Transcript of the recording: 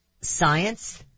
science